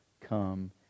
come